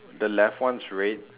the left one is red